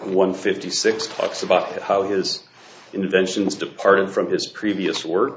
one fifty six talks about how his inventions departed from his previous work